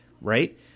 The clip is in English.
Right